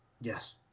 yes